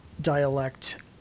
dialect